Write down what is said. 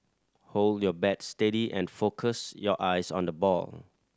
hold your bat steady and focus your eyes on the ball